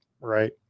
right